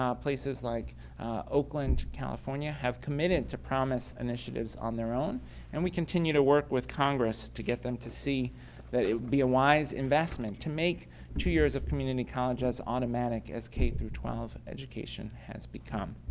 um places like oakland california, have committed to promise initiatives on their own and we continue to work with congress to get them to see that it would be a wise investment to make two years of community colleges automatic as k through twelve education has become.